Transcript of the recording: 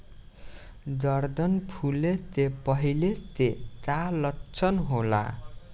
गर्दन फुले के पहिले के का लक्षण होला?